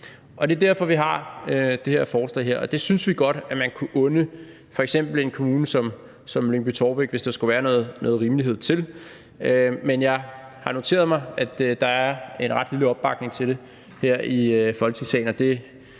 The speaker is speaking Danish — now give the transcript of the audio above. og det er derfor, vi har det her forslag. Det synes vi godt at man kunne unde f.eks. en kommune som Lyngby-Taarbæk, hvis der skulle være noget rimelighed til, men jeg har noteret mig, at der er en ret lille opbakning til det her i Folketingssalen,